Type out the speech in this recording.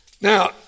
Now